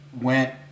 went